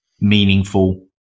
meaningful